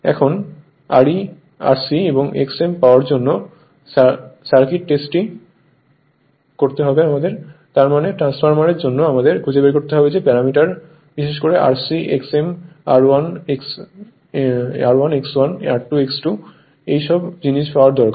এখন R c এবং X m পাওয়ার জন্য সার্কিট টেস্টটি খুলুন তার মানে ট্রান্সফরমারের জন্য আমাদের খুঁজে বের করতে হবে যে প্যারামিটার বিশেষ করে R c X m R1 X1 R2 X2 এই সব জিনিস পাওয়া দরকার